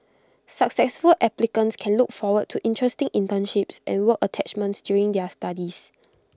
successful applicants can look forward to interesting internships and work attachments during their studies